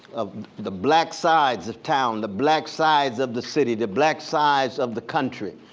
of the black sides of town, the black sides of the city, the black sides of the country,